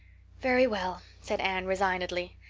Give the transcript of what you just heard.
very well, said anne resignedly.